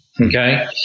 Okay